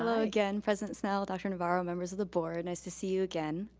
ah again, president snell, dr. navarro, members of the board. nice to see you again.